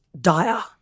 dire